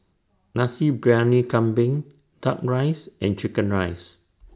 Nasi Briyani Kambing Duck Rice and Chicken Rice